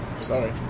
sorry